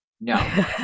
no